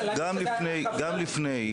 גם לפני,